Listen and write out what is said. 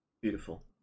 beautiful